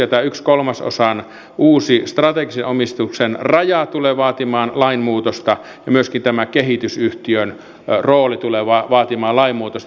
tämä yhden kolmasosan uusi strategisen omistuksen raja tulee vaatimaan lainmuutosta ja myöskin tämä kehitysyhtiön rooli tulee vaatimaan lainmuutosta